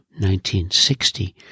1960